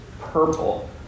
purple